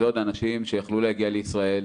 זה עוד האנשים שיכלו להגיע לישראל,